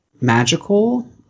magical